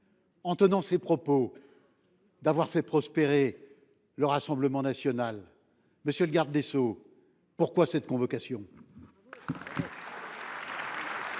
en tenant ces propos, fait prospérer le Rassemblement national ? Monsieur le garde des sceaux, pourquoi cette convocation ?